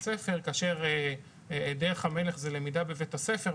ספר כאשר דרך המלך זה למידה בבית הספר,